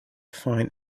find